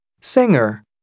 Singer